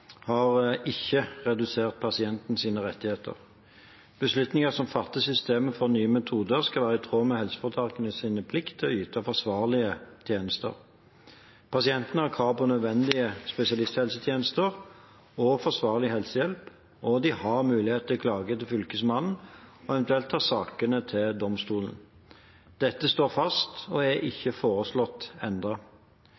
har ikke redusert pasientens rettigheter. Beslutninger som fattes i systemet for nye metoder, skal være i tråd med helseforetakenes plikt til å yte forsvarlige tjenester. Pasientene har krav på nødvendige spesialisthelsetjenester og forsvarlig helsehjelp, og de har mulighet til å klage til Fylkesmannen og eventuelt ta saken til domstolene. Dette står fast – og er